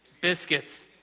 biscuits